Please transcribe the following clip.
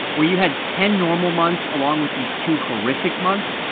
where you had ten normal months along with these two horrific months,